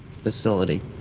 facility